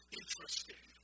interesting